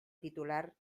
titular